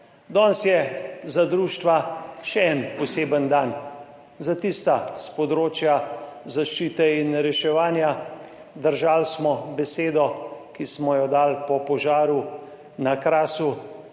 Danes je za društva še en poseben dan za tista s področja zaščite in reševanja. Držali smo besedo, ki smo jo dali po požaru na Krasu.